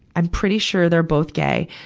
i'm pretty sure they're both gay.